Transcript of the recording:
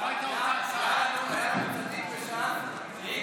היה לו צדיק בש"ס.